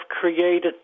created